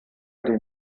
den